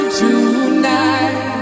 tonight